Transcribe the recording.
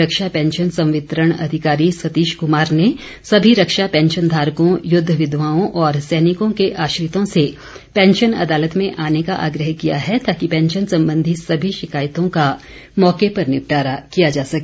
रक्षा pension संवितरण अधिकारी सतीश कुमार ने सभी रक्षा पैंशन धारकों युद्ध विधवाओं और सैनिकों के आश्रितों से पैंशन अदालत में आने का आग्रह किया है ताकि पैंशन संबंधी सभी शिकायतों का मौके पर निपटारा किया जा सके